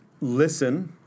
Listen